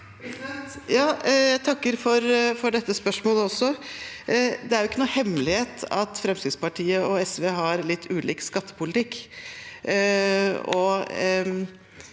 Jeg takker også for dette spørsmålet. Det er ingen hemmelighet at Fremskrittspartiet og SV har litt ulik skattepolitikk.